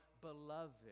beloved